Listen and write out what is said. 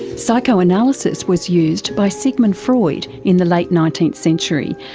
psychoanalysis was used by sigmund freud in the late nineteenth century,